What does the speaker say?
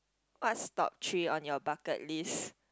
what's top three on your bucket list